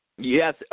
Yes